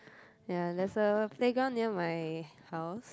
ya there's a playground near my house